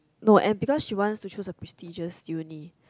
no and because she wants to choose a prestigious uni